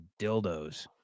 dildos